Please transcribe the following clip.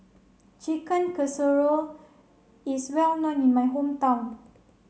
Chicken Casserole is well known in my hometown